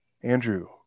Andrew